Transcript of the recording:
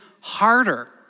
harder